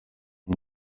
uyu